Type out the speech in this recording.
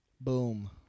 Boom